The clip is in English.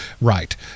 right